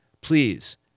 Please